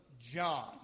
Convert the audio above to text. John